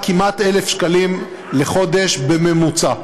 כמעט 1,000 שקלים לחודש בממוצע.